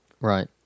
Right